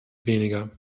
weniger